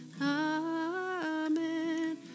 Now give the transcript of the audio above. Amen